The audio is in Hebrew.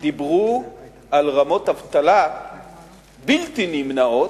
דיברו על רמות אבטלה בלתי נמנעות,